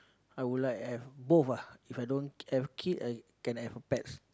I would like have both ah If I don't have kid I can have a pet